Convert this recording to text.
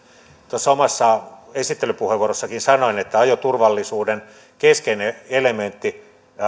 tuossa omassa esittelypuheenvuorossanikin sanoin että ajoturvallisuuden keskeinen elementti